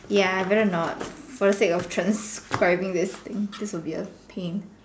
ya better not for the sake of transcribing this thing this will be a pain